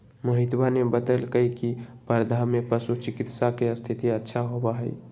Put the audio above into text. रोहितवा ने बतल कई की वर्धा में पशु चिकित्सा के स्थिति अच्छा होबा हई